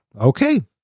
Okay